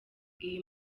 iyi